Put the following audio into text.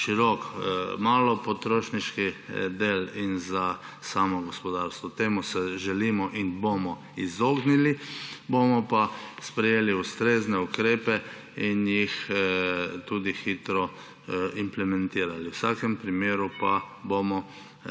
širok malopotrošniški del in za samo gospodarstvo. Temu se želimo in bomo izognili. Bomo pa sprejeli ustrezne ukrepe in jih tudi hitro implementirali. V vsakem primeru pa bomo